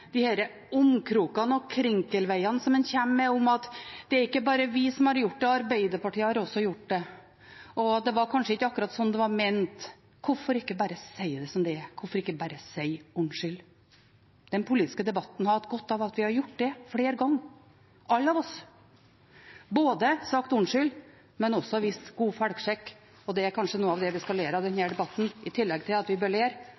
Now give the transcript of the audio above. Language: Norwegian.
de siste ukene: Hvor vanskelig kan det være bare rett og slett å si at denne gangen gikk vi for langt – unnskyld, det var ikke meningen, det ble ikke slik som det skulle ha blitt – istedenfor å komme med disse omvegene og krinkelkrokene som en kommer med, at det er ikke bare vi som har gjort det, Arbeiderpartiet har også gjort det, og det var kanskje ikke akkurat slik det var ment? Hvorfor ikke bare si det som det er, hvorfor ikke bare si unnskyld? Den politiske debatten hadde hatt godt av at vi hadde gjort